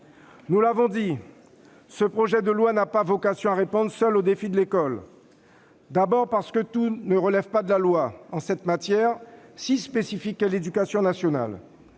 Nous l'avons dit, ce projet de loi n'a pas vocation à répondre seul aux défis de l'école : d'abord parce que tout ne relève pas de la loi en cette matière si spécifique qu'est l'éducation nationale,